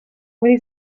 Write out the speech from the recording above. when